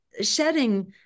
shedding